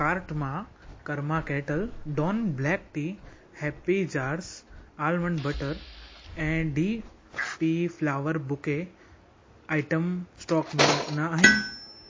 cart मां karma kettle don black tea happy jars almond butter ऐं D P flower bouquet item stock में न आहिनि